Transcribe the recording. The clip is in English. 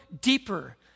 deeper